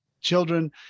children